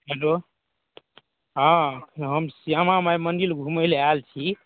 hello हँ हम श्यामा माइ मन्दिर घूमै लेल आयल छी